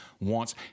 wants